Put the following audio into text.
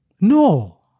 No